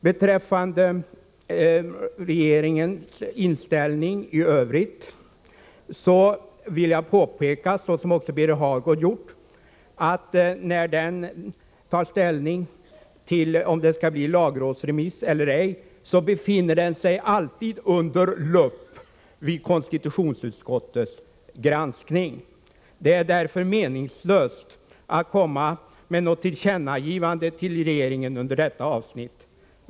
Beträffande regeringens inställning i övrigt vill jag påpeka, såsom också Birger Hagård gjort, att när regeringen tar ställning till om det skall bli lagrådsremiss eller ej befinner den sig alltid under lupp vid konstitutionsutskottets granskning. Det är därför meningslöst att komma med något tillkännagivande till regeringen under detta avsnitt.